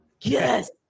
yes